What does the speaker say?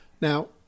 Now